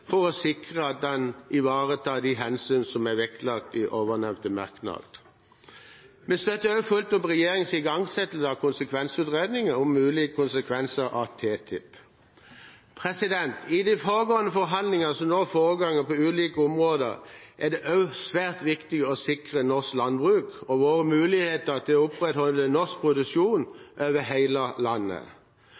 for å sikre at den ivaretar de hensyn som er vektlagt i ovennevnte merknad. Vi støtter også fullt opp regjeringens igangsettelse av en konsekvensutredning om mulige konsekvenser av TTIP. I de foregående forhandlinger som nå foregår på ulike områder, er det også svært viktig å sikre norsk landbruk og våre muligheter til å opprettholde norsk produksjon over hele landet.